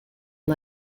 and